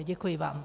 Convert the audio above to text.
Děkuji vám.